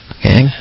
okay